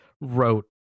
wrote